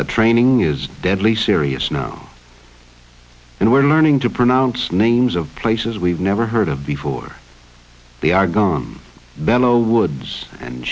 the training is deadly serious known and we're learning to pronounce names of places we've never heard of before they are gone benno woods and